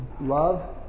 love